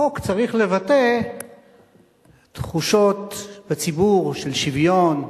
החוק צריך לבטא בציבור תחושות של שוויון,